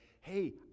Hey